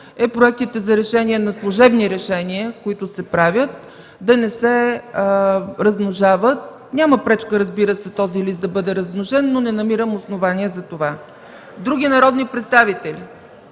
е проектите за решения, на служебни решения, които се правят, да не се размножават. Разбира се, няма пречка този лист да бъде размножен, но не намирам основание за това. Други народни представители?